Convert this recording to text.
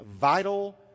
vital